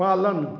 पालन